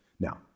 Now